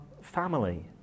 family